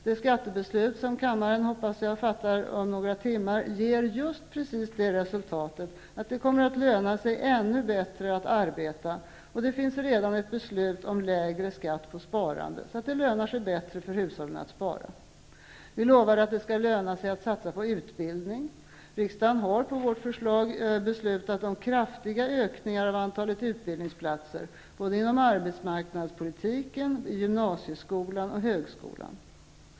Det skattebeslut, som jag hoppas att kammaren skall fatta om ett par timmar, ger just resultatet att det lönar sig bättre att arbeta, och det finns redan ett beslut om lägre skatt på sparande. Det skall alltså löna sig bättre för hushållen att spara. Vi lovade att det skall löna sig att satsa på utbildning. Riksdagen har på vårt förslag beslutat om en kraftig ökning av antalet utbildningsplatser, både inom arbetsmarknadspolitiken, gymnasieskolan och högskolan.